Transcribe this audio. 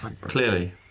Clearly